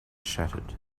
shattered